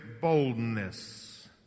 boldness